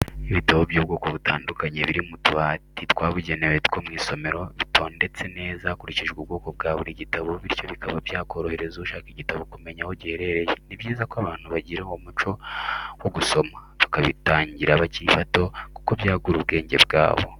Ibitabo by'ubwoko butandukanye biri mu tubati twabugenewe two mu isomero, bitondetse neza hakurikijwe ubwoko bwa buri gitabo bityo bikaba byakorohereza ushaka igitabo kumenya aho giherereye, ni byiza ko abantu bagira umuco wo gusoma, bakabitangira bakiri bato kuko byagura ubwenge bwabo.